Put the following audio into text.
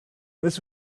this